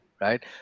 Right